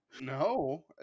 No